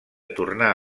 tornar